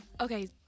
Okay